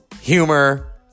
humor